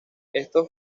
estos